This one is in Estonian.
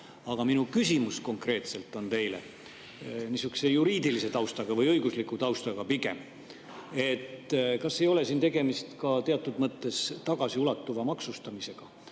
Aga minu küsimus konkreetselt teile on juriidilise taustaga või pigem õigusliku taustaga. Kas ei ole siin tegemist ka teatud mõttes tagasiulatuva maksustamisega?